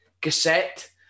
cassette